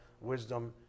wisdom